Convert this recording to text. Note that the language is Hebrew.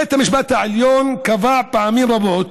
בית המשפט העליון קבע פעמים רבות